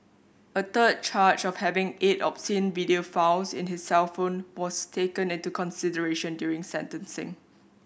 a third charge of having eight obscene video files in his cellphone was taken into consideration during sentencing